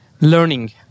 learning